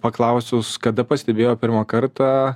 paklausus kada pastebėjo pirmą kartą